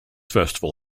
festival